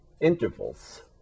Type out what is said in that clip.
intervals